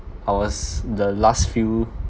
I was the last few